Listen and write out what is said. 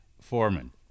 Foreman